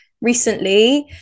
recently